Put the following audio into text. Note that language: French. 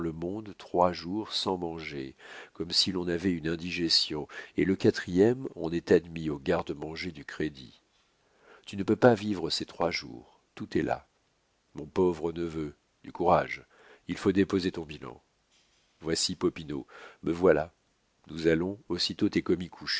monde trois jours sans manger comme si l'on avait une indigestion et le quatrième on est admis au garde-manger du crédit tu ne peux pas vivre ces trois jours tout est là mon pauvre neveu du courage il faut déposer ton bilan voici popinot me voilà nous allons aussitôt